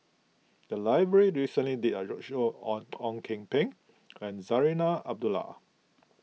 the library recently did a roadshow on Ang Kok Peng and Zarinah Abdullah